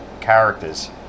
characters